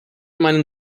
meinen